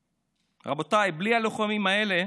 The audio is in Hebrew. רבותיי, בלי הלוחמים האלה